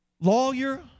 Lawyer